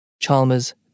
Chalmers